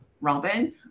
Robin